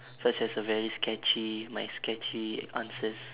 such as a very sketchy my sketchy answers